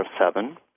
seven